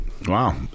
Wow